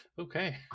okay